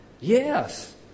Yes